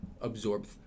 absorb